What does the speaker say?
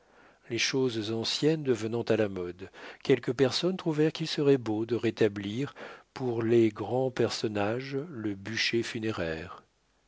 les choses anciennes devenant à la mode quelques personnes trouvèrent qu'il serait beau de rétablir pour les grands personnages le bûcher funéraire